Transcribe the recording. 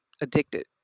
addicted